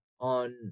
on